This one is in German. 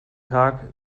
tag